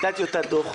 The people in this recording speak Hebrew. הייתה טיוטת דוח.